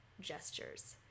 gestures